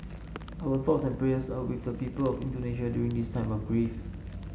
our thoughts and prayers are with the people of Indonesia during this time of grief